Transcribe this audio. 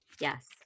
Yes